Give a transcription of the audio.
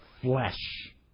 flesh